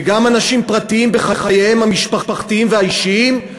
וגם אנשים פרטיים בחייהם המשפחתיים והאישיים,